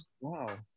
wow